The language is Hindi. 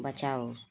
बचाओ